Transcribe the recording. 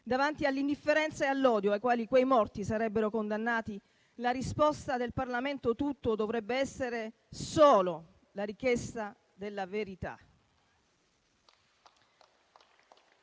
davanti all'indifferenza e all'odio ai quali quei morti sarebbero condannati, la risposta del Parlamento tutto dovrebbe essere solo la richiesta della verità.